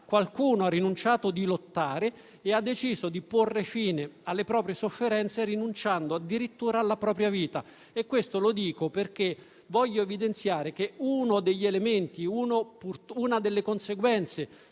qualcuno ha smesso di lottare e deciso di porre fine alle proprie sofferenze rinunciando addirittura alla propria vita. Questo lo dico perché voglio evidenziare che una delle conseguenze